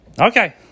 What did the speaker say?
Okay